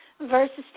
versus